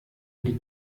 die